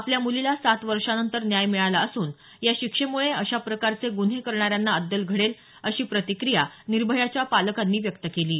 आपल्या मुलीला सात वर्षानंतर न्याय मिळाला असून या शिक्षेमुळे अशा प्रकारचे गुन्हे करणाऱ्यांना अद्दल घडेल अशी प्रतिक्रिया निर्भयाच्या पालकांनी व्यक्त केली आहे